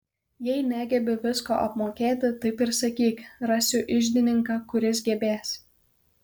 jei negebi visko apmokėti taip ir sakyk rasiu iždininką kuris gebės